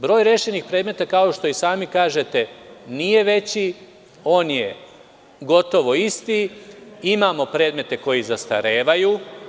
Broj rešenih predmeta kao što i sami kažete nije veći, on je gotovo isti, imamo predmete koji zastarevaju.